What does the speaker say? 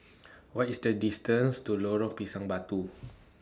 What IS The distance to Lorong Pisang Batu